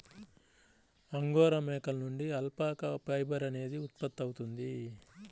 angora మేకల నుండి alpaca fibre అనేది ఉత్పత్తవుతుంది